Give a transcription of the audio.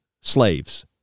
slaves